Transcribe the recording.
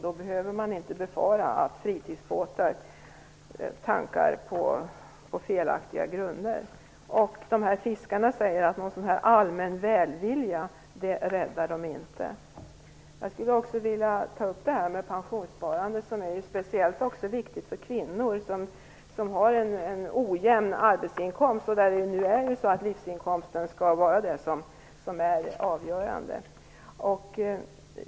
Då behöver man inte befara att fritidsbåtar tankar på felaktiga grunder. Fiskarna säger också att de inte blir räddade av någon allmän välvilja. Jag vill också ta upp detta med pensionssparande som är speciellt viktigt för kvinnor som har en ojämn arbetsinkomst - livsinkomsten skall ju vara det avgörande.